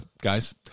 guys